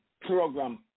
program